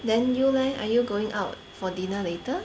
then you leh are you going out for dinner later